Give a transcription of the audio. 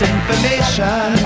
information